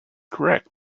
correct